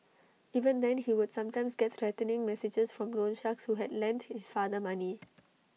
even then he would sometimes get threatening messages from loan sharks who had lent his father money